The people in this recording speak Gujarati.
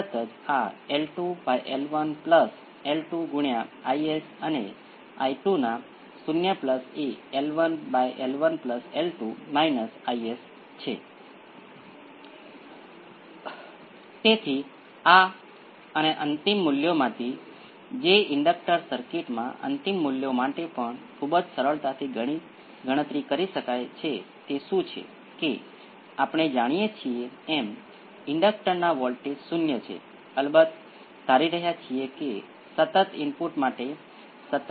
તેથી એક્સ્પોનેંસિયલ p 2 t ને બદલે આપણને કંઈક × એક્સ્પોનેંસિયલ s t કંઈક × એક્સ્પોનેંસિયલ p 2 t મળ્યું હોત અને અહીં આપણને અમુક સંખ્યા દ્વારા સ્કેલ કરેલ એક્સ્પોનેંસિયલ ઇનપુટ મળશે